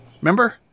Remember